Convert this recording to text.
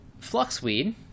Fluxweed